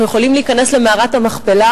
אנחנו יכולים להיכנס למערת המכפלה,